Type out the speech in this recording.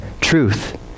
truth